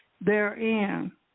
therein